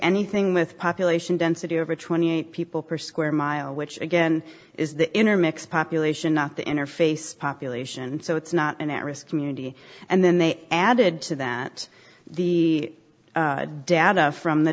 anything with population density over twenty eight dollars people per square mile which again is the intermix population not the interface population so it's not an at risk community and then they added to that the data from the